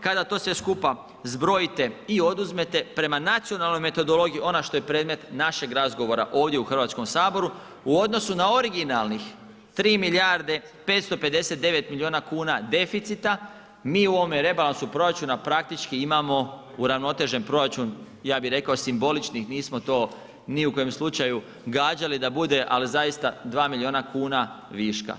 Kada to sve skupa zbrojite i oduzmete prema nacionalnoj metodologiji ona što je predmet našeg razgovora ovdje u Hrvatskom saboru u odnosu na originalnih 3 milijarde 559 miliona kuna deficita, mi u ovome rebalansu proračuna praktički imamo uravnotežen proračun, ja bih rekao simboličnih nismo to ni u kojem slučaju gađali da bude, ali zaista 2 miliona kuna viška.